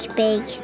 big